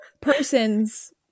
persons